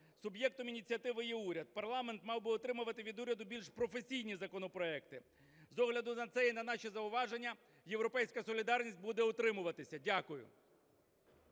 Суб'єктом ініціативи є уряд. Парламент мав би отримувати від уряду більш професійні законопроекти. З огляду на це і на наші зауваження, "Європейська солідарність" буде утримуватися. Дякую.